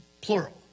plural